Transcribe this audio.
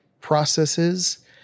processes